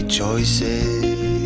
choices